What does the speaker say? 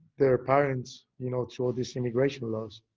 their parents, you know, through all these immigration laws.